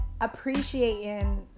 appreciating